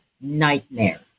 nightmare